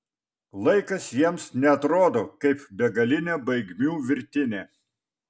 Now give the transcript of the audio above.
laikas jiems neatrodo kaip begalinė baigmių virtinė